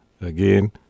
again